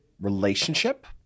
relationship